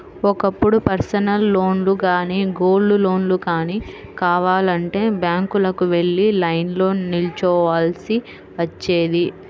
ఒకప్పుడు పర్సనల్ లోన్లు గానీ, గోల్డ్ లోన్లు గానీ కావాలంటే బ్యాంకులకు వెళ్లి లైన్లో నిల్చోవాల్సి వచ్చేది